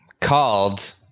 called